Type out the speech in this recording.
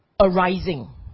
arising